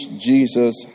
Jesus